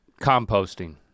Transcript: Composting